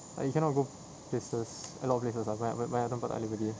like you cannot go places a lot of places ah banyak banyak banyak tempat tak boleh pergi